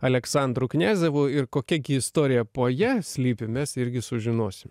aleksandru kniazevu ir kokia gi istorija po ja slypi mes irgi sužinosim